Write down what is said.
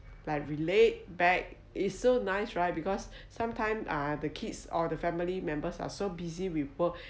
like relate back is so nice right because sometimes ah the kids or the family members are so busy with work